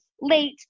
late